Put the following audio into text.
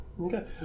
Okay